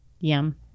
Yum